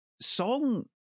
song